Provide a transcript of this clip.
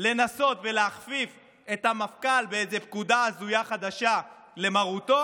לנסות להכפיף את המפכ"ל באיזה פקודה הזויה חדשה למרותו,